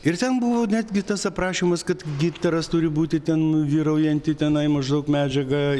ir ten buvo netgi tas aprašymas kad gintaras turi būti ten vyraujanti tenai maždaug medžiaga